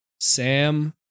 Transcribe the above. Sam